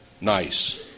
nice